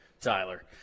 Tyler